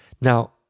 Now